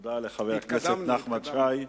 תודה לחבר הכנסת נחמן שי.